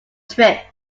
trip